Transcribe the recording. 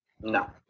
No